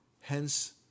hence